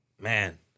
Man